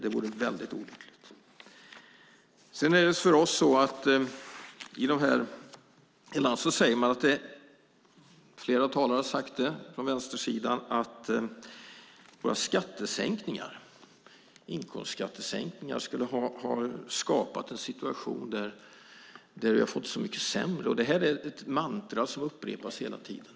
I debatten har flera talare från vänstersidan sagt att våra inkomstskattesänkningar skulle ha skapat en situation där man har fått det mycket sämre. Det är ett mantra som upprepas hela tiden.